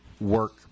work